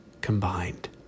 combined